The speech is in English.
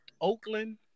Oakland